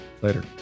later